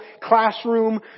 classroom